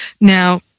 Now